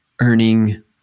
earning